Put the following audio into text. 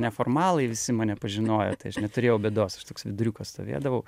neformalai visi mane pažinojo tai aš neturėjau bėdos aš toks viduriukas stovėdavau